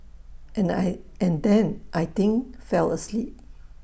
and I and then I think fell asleep